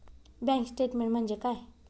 Bank statement म्हणजे काय?